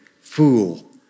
fool